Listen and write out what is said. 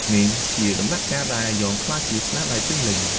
នេះជាដំណាក់កាលដែលអាយ៉ងក្លាយជាស្នាដៃពេញលេញ។